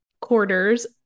quarter's